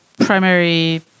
primary